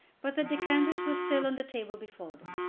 but the decanters were still on the table before them.